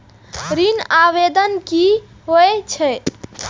ऋण आवेदन की होय छै?